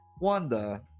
Wanda